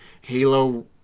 Halo